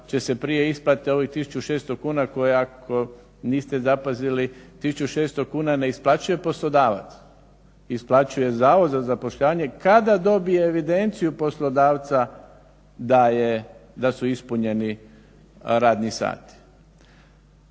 će se prije isplate ovih 1600 kuna koje ako niste zapazili 1600 kuna ne isplaćuje poslodavac, isplaćuje Zavod za zapošljavanje kada dobije evidenciju poslodavca da su ispunjeni radni sati.